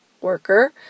worker